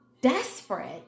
desperate